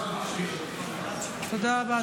(חברת הכנסת טלי גוטליב יוצא מאולם המליאה.) תודה רבה,